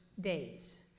days